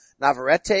Navarrete